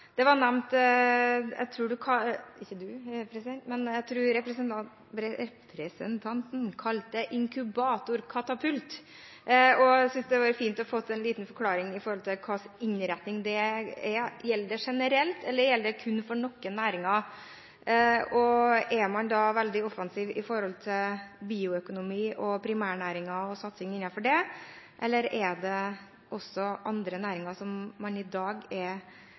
jeg tror representanten kalte inkubatorkatapult, og jeg synes det hadde vært fint å få en forklaring på hva slags innretning det er. Gjelder det generelt, eller gjelder det kun for noen næringer? Er man da veldig offensiv når det gjelder bioøkonomi, primærnæringer og satsinger innenfor dem, eller gjelder det også andre næringer som man i dag er